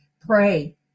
pray